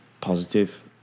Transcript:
positive